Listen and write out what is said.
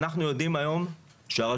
אנחנו יודעים היום שהרשויות,